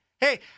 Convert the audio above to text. hey